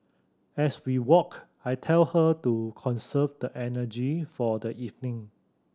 as we walk I tell her to conserve the energy for the evening